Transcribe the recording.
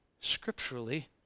scripturally